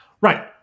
Right